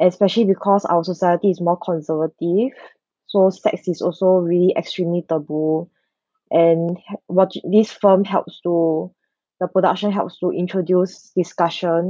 especially because our society is more conservative so sex is also really extremely taboo and help watching this film helps to the production helps to introduce discussion